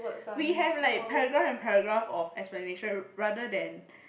we have like paragraph and paragraph of explanation rather than